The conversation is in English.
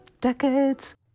decades